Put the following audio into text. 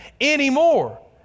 anymore